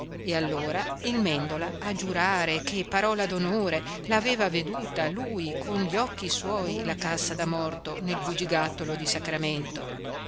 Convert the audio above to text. e allora il mèndola a giurare che parola d'onore la aveva veduta lui con gli occhi suoi la cassa da morto nel bugigattolo di sacramento